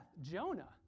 Jonah